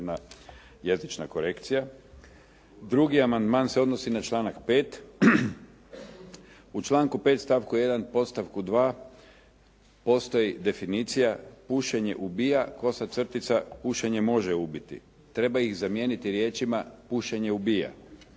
Drugi amandman se odnosi na članak 5. u članku 5. stavku 1. postavku 2. postoji definicija, pušenje ubija/ pušenje može ubiti. Treba ih zamijeniti riječima pušenje ubija.